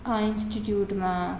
આ ઇન્સ્ટિટ્યૂટમાં